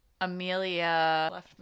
Amelia